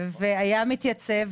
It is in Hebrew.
היה מתייצב.